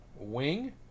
Wing